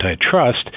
antitrust